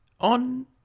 on